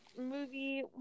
movie